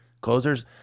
closers